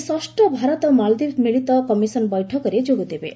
ସେ ଷଷ ଭାରତ ମାଳଦୀପ ମିଳିତ କମିଶନ ବୈଠକରେ ଯୋଗଦେବେ